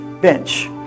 bench